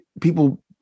people